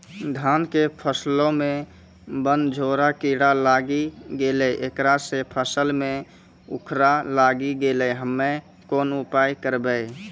धान के फसलो मे बनझोरा कीड़ा लागी गैलै ऐकरा से फसल मे उखरा लागी गैलै हम्मे कोन उपाय करबै?